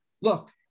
look